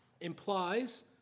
implies